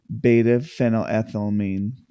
beta-phenylethylamine